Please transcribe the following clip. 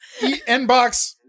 inbox